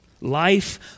Life